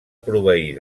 proveir